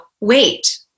Wait